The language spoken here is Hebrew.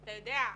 אתה יודע,